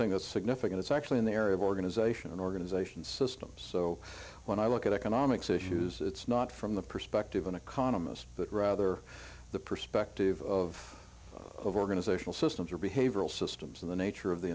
thing that's significant is actually in the area of organization and organization systems so when i look at economics issues it's not from the perspective an economist but rather the perspective of of organizational systems or behavioral systems and the nature of the